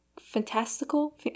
fantastical